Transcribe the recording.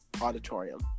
auditorium